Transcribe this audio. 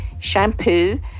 shampoo